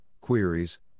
queries